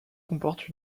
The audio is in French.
comporte